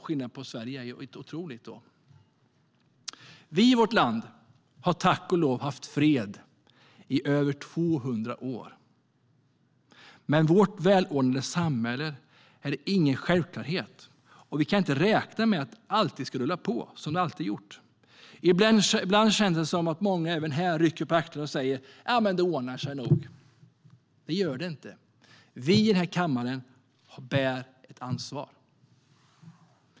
Skillnaden i förhållande till Sverige är otrolig. Vi i vårt land har tack och lov haft fred i över 200 år. Men vårt välordnade samhälle är ingen självklarhet, och vi kan inte räkna med att det alltid ska rulla på som det alltid gjort. Ibland känns det som att många även här rycker på axlarna och säger: Det ordnar sig nog. Det gör det inte. Vi i den här kammaren bär ett ansvar.